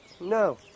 No